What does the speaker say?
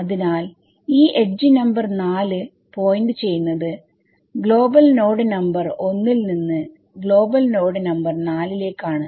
അതിനാൽ ഈ edge number 4 point ചെയ്യുന്നത് ഗ്ലോബൽനോഡ് നമ്പർ 1 ൽ നിന്ന് ഗ്ലോബൽ നോഡ് നമ്പർ 4ലേക്കാണ്